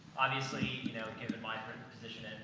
obviously, you know, given my position